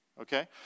Okay